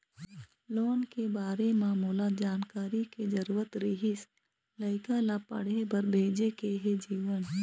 loan के बारे म मोला जानकारी के जरूरत रीहिस, लइका ला पढ़े बार भेजे के हे जीवन